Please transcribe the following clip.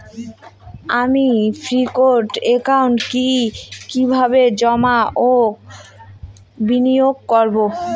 আমি ফিক্সড একাউন্টে কি কিভাবে জমা ও বিনিয়োগ করব?